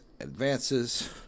advances